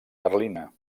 carlina